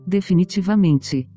Definitivamente